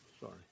Sorry